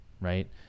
right